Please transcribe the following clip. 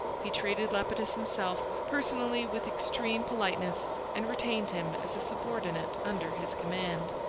he treated lepidus himself, personally, with extreme politeness, and retained him as a subordinate under his command.